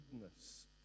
goodness